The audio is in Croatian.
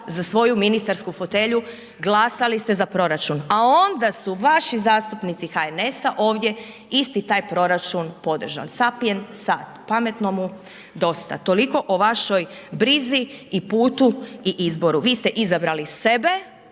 za svoju ministarsku fotelju, glasali ste za proračun, a onda su vaši zastupnici HNS-a ovdje isti taj proračun podržali, sapien sat – pametnomu dosta, toliko o vašoj brizi i putu i izboru, vi ste izabrali sebe,